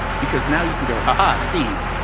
because now you can go ha ha, steve,